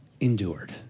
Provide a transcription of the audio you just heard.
endured